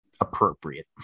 appropriate